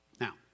Now